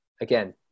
again